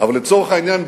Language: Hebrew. אבל לצורך העניין,